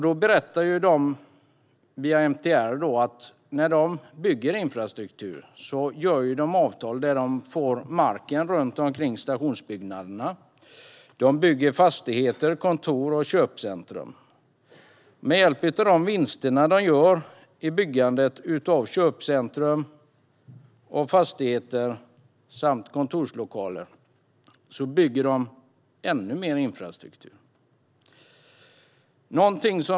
De berättade att när de bygger infrastruktur sluter de avtal om marken runt stationsbyggnaderna. De bygger fastigheter, kontor och köpcentrum, och med hjälp av de vinster de gör vid byggandet av köpcentrum och fastigheter samt kontorslokaler bygger de ännu mer infrastruktur.